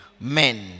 men